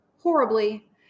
horribly